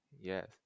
Yes